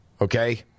Okay